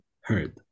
heard